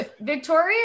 Victoria